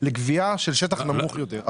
לגבייה של שטח נמוך יותר.